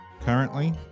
currently